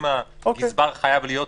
אם הגזבר חייב להיות שם,